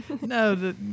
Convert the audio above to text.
No